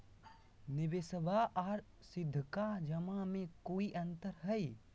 निबेसबा आर सीधका जमा मे कोइ अंतर हय?